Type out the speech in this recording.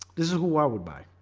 this is who i would buy